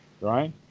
right